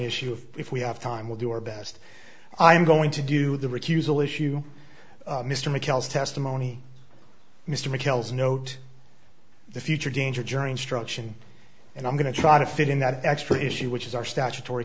issue if we have time we'll do our best i'm going to do the recusal issue mr mcallister testimony mr mcallister note the future danger jury instruction and i'm going to try to fit in that extra issue which is our statutory